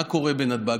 מה קורה בנתב"ג,